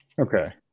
Okay